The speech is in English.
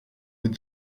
with